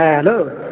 হ্যাঁ হ্যালো